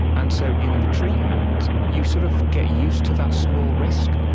and so in the treatment you sort of get used to that small risk,